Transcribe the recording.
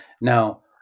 Now